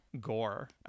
gore